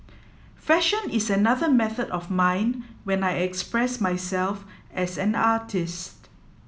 fashion is another method of mine when I express myself as an artist